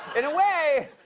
in a way,